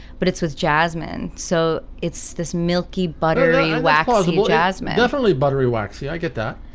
but it's with jasmine. so it's this milky, buttery, black jasmine goofily buttery, waxy. i get that.